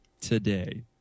today